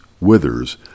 withers